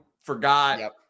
forgot